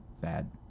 bad